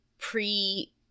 pre